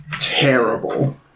terrible